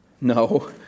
No